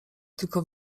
tylko